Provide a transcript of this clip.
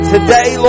Today